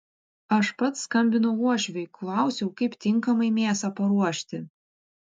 aš pats skambinau uošviui klausiau kaip tinkamai mėsą paruošti